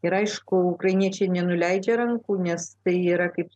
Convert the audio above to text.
ir aišku ukrainiečiai nenuleidžia rankų nes tai yra kaip